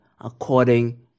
according